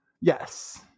Yes